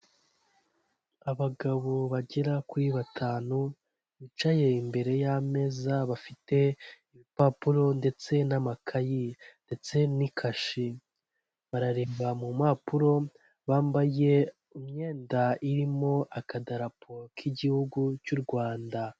Abagabo bagera kuri batanu bicaye imbere y'ameza, bafite ibipapuro ndetse n'amakayi ndetse n'ikashi, barareba mu mpapuro bambaye imyenda irimo akadarapo k'igihugu cy'u Rwanda.